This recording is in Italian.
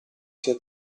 sia